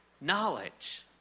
knowledge